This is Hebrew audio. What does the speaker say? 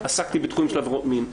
עסקתי בתחומים של עבירות מין,